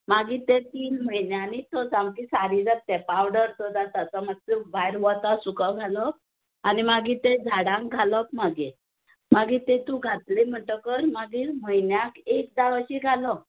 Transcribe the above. मागीर तें तीन म्हयन्यानी स सामके सारें जाता तें पावडर सो जाता तो मात्सो भायर वताक सुकत घालप आनी मागीर तें झाडांक घालप मागीर मागीर तेतू घातले म्हणटकच मागीर म्हयन्याक एकदा अशी घालप